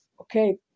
okay